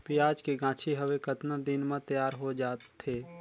पियाज के गाछी हवे कतना दिन म तैयार हों जा थे?